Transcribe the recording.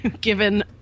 given